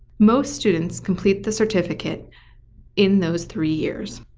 most students complete the certificate in those three years.